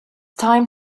time